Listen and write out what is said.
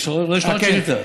יש עוד שאילתה.